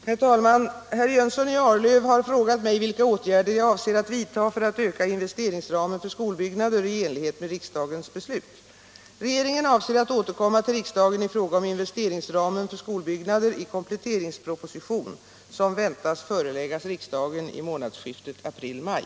Herr talman! Herr Jönsson i Arlöv har frågat mig vilka åtgärder jag avser att vidta för att öka investeringsramen för skolbyggnader i enlighet med riksdagens beslut. Regeringen avser att återkomma till riksdagen i fråga om investeringsramen för skolbyggnader i kompletteringsproposition som väntas föreläggas riksdagen i månadsskiftet april-maj.